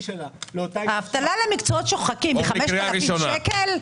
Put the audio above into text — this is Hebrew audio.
שלה לאותה אישה --- האבטלה למקצועות שוחקים ב-5,000 שקלים?